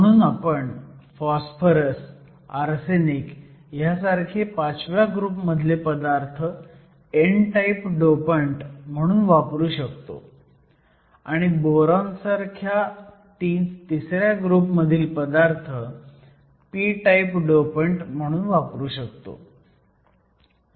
म्हणून आपण phosphorus arsenic ह्यासारखे 5व्या ग्रुप मधले पदार्थ n टाईप डोपंट म्हणून वापरू शकतो आणि बोरॉन सारखा 3ऱ्या ग्रुप मधील पदार्थ p टाईप डोपंट म्हणून वापरू शकतो